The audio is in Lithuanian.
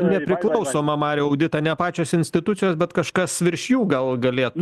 nepriklausomą mariau auditą ne pačios institucijos bet kažkas virš jų gal galėtų